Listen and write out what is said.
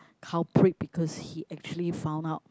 culprit because he actually found out